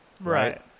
Right